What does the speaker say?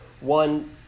One